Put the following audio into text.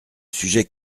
sujet